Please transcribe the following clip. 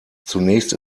zunächst